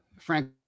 Frank